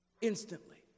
instantly